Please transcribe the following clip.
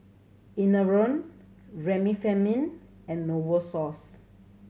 Enervon Remifemin and Novosource